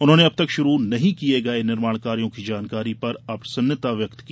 उन्होंने अब तक शुरू नहीं किये गये निर्माण कार्यों की जानकारी पर अप्रसन्नता व्यक्त की